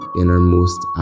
innermost